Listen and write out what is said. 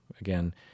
Again